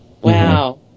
wow